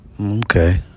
Okay